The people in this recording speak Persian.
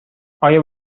آیا